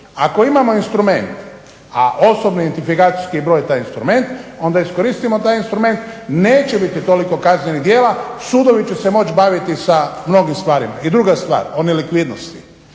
Ako imamo instrument, a osobni identifikacijski broj je taj instrument, onda iskoristimo taj instrument. Neće biti toliko kaznenih djela. Sudovi će se moći baviti sa mnogim stvarima. I druga stvar o nelikvidnosti.